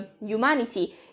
humanity